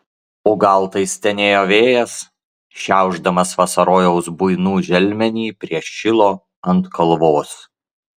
o gal tai stenėjo vėjas šiaušdamas vasarojaus buinų želmenį prie šilo ant kalvos